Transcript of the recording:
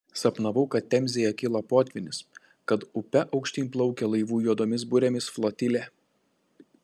sapnavau kad temzėje kyla potvynis kad upe aukštyn plaukia laivų juodomis burėmis flotilė